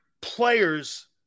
players